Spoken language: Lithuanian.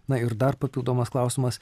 na ir dar papildomas klausimas